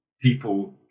people